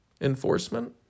Enforcement